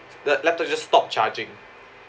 the laptop just stopped charging